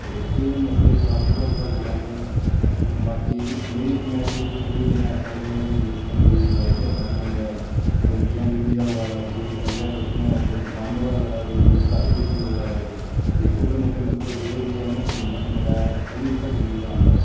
ते एह् नेह् मसले काफी सारे साढे कोल आंदे ना बाकी मेरी पंचायत च कोई दिन ऐसा नेई होंदा कि जिस दिन कोई लडाई झगड़ा नेईं होंदा ऐ कोई मियां बिबी होआ दा कोई डगरा बच्छू दा होआ दा कोई दकानदार लड़ा दे कोई घर घ्रिस्ती लड़ा दी एह् छोटे मोटे मसले जेहड़े बी हैन में पंचायत च मतलब में पलीस तक नेईं जान दिंदा